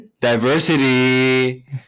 Diversity